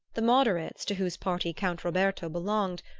the moderates, to whose party count roberto belonged,